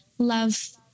love